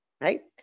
right